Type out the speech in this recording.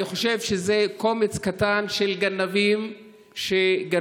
אני חושב שזה קומץ קטן של גנבים שגנבו